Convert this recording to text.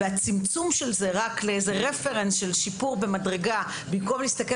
והצמצום של זה לאיזה רפרנס של שיפור במדרגה במקום להסתכל